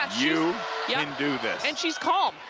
um you yeah can do this. and she's calm.